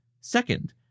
Second